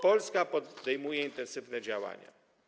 Polska podejmuje intensywne działania.